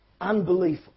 Unbelief